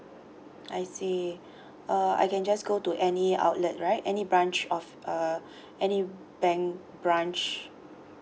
I see uh I can just go to any outlet right any branch of uh any bank branch